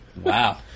Wow